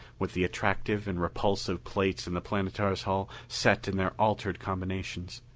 with the attractive and repulsive plates in the planetara's hull set in their altered combinations,